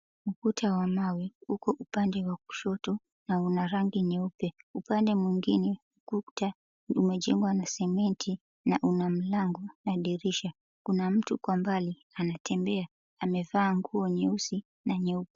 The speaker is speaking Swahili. Ukuta wa mawe uko upande wa kushoto na una rangi nyeupe, upande mwingine ukuta umejengwa na simiti na una mlango na dirisha kuna mtu kwa mbali anatembea amevaa nguo nyeusi na nyeupe.